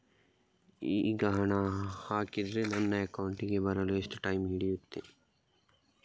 ಈಗ ಹಣ ಹಾಕಿದ್ರೆ ನನ್ನ ಅಕೌಂಟಿಗೆ ಬರಲು ಎಷ್ಟು ಟೈಮ್ ಹಿಡಿಯುತ್ತೆ?